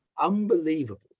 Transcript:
unbelievable